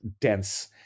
dense